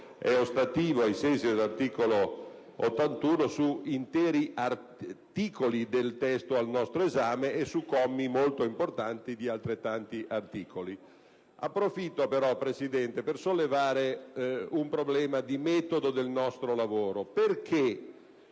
è ostativo ai sensi dell'articolo 81 della Costituzione su interi articoli del testo al nostro esame e su commi molto importanti di altrettanti articoli. Approfitto però, Presidente, per sollevare un problema di metodo del nostro lavoro. Perché